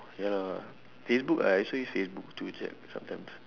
ya lah facebook I also use facebook to check sometimes